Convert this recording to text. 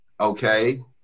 okay